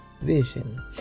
vision